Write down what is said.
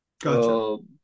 Gotcha